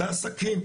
לעסקים,